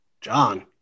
John